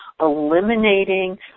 eliminating